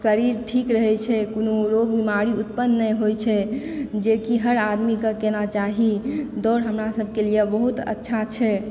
शरीर ठीक रहए छै कोनो रोग बीमारी उत्पन्न नहि होए छै जेकि हर आदमीके केना चाही दौड़ हमरा सबके लिए बहुत अच्छा छै